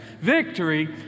victory